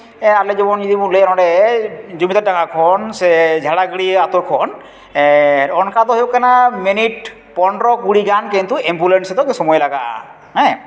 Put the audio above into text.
ᱟᱞᱮ ᱡᱮᱢᱚᱱ ᱱᱚᱰᱮ ᱞᱮ ᱞᱟᱹᱭᱟ ᱡᱩᱢᱤᱫ ᱡᱩᱢᱤᱫᱟᱜ ᱰᱟᱝᱜᱟ ᱠᱷᱚᱱ ᱥᱮ ᱡᱷᱟᱲᱟᱜᱟᱹᱲᱭᱟᱹ ᱟᱛᱳ ᱠᱷᱚᱱ ᱚᱱᱠᱟ ᱫᱚ ᱦᱩᱭᱩᱜ ᱠᱟᱱᱟ ᱢᱤᱱᱤᱴ ᱯᱚᱱᱨᱚ ᱠᱩᱲᱤ ᱜᱟᱱ ᱠᱤᱱᱛᱩ ᱮᱢᱵᱩᱞᱮᱱᱥ ᱫᱚ ᱥᱚᱢᱚᱭ ᱞᱟᱜᱟᱜᱼᱟ ᱦᱮᱸ